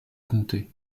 comté